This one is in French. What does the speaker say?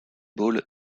ball